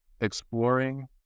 exploring